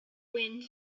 wind